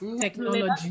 Technology